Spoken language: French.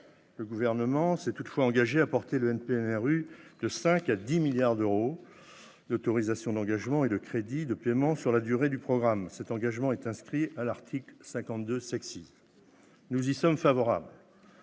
Le Gouvernement s'est toutefois engagé à porter les crédits du NPNRU de 5 milliards d'euros à 10 milliards d'euros en autorisations d'engagement et en crédits de paiement sur la durée du programme. Cet engagement est inscrit à l'article 52 . Nous y sommes favorables.